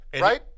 right